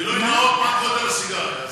גילוי נאות: מה גודל הסיגריה?